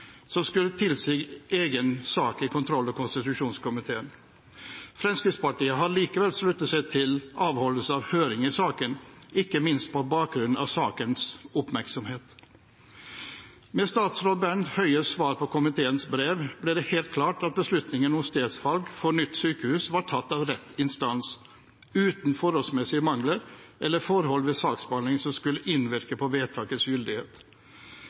som skulle tilsi egen sak i kontroll- og konstitusjonskomiteen. Fremskrittspartiet har likevel sluttet seg til avholdelse av høring i saken, ikke minst på bakgrunn av sakens oppmerksomhet. Med statsråd Bent Høies svar på komiteens brev ble det helt klart at beslutningen om stedsvalg for nytt sykehus var tatt av rett instans, uten innholdsmessige mangler eller forhold ved saksbehandlingen som skulle innvirke på vedtakets gyldighet.